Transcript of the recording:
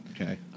Okay